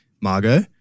Margot